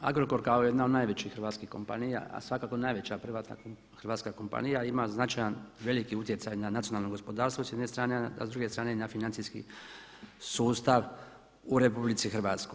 Agrokor kao jedna od najvećih hrvatskih kompanija a svakako najveća privatna hrvatska kompanija ima značajan, veliki utjecaj na nacionalno gospodarstvo s jedne strane a s druge strane na financijski sustav u RH.